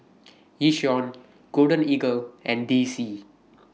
Yishion Golden Eagle and D C